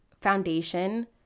foundation